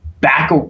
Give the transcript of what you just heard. Back